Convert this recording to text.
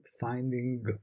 finding